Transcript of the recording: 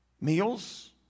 meals